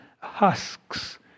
husks